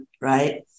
right